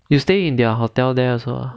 you stay in their hotel there also ah